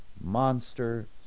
monster